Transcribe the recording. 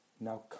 Now